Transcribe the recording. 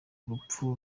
urupfu